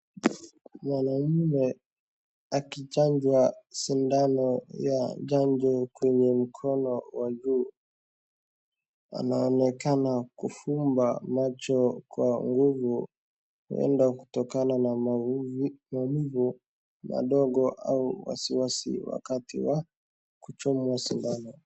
Mwanaume akichanjwa sindano ya chajo kwenye mkono wa juu. Anaonekana kufumba macho kwa nguvu uenda kutoka na maumivu madogo au wasiwasi wakati wa kuchomwa shindano.